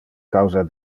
causa